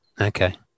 Okay